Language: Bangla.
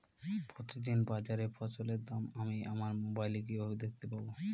প্রতিদিন বাজারে ফসলের দাম আমি আমার মোবাইলে কিভাবে দেখতে পাব?